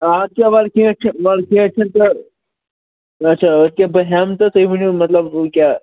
آ اَدٕ کیٛاہ وَلہٕ کیٚنٛہہ چھُ اَدٕ کیٚنٛہہ چھُنہٕ تہٕ اَچھا أتھۍ کیٛاہ بہٕ ہٮ۪مہٕ تہٕ تُہۍ ؤنِو مطلب کیٛاہ